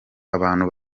abantu